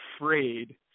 afraid